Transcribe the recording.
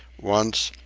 once,